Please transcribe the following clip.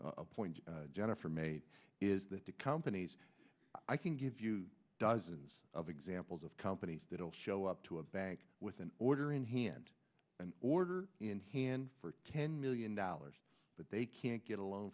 a point jennifer made is that the companies i can give you dozens of examples of companies that will show up to a bank with an order in hand and order in hand for ten million dollars but they can't get a loan